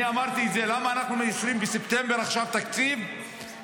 אני אמרתי את זה: למה אנחנו מאשרים בספטמבר עכשיו תקציב כאשר